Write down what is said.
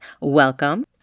welcome